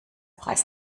preis